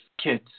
kids